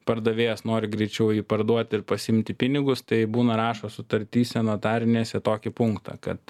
pardavėjas nori greičiau jį parduoti ir pasiimti pinigus tai būna rašo sutartyse notarinėse tokį punktą kad